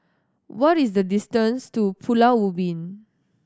what is the distance to Pulau Ubin